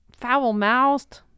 foul-mouthed